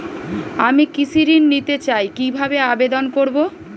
আমি কৃষি ঋণ নিতে চাই কি ভাবে আবেদন করব?